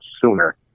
sooner